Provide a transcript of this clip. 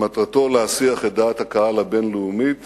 שמטרתו להסיח את דעת הקהל הבין-לאומית